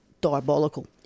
diabolical